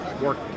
work